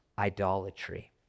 idolatry